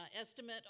estimate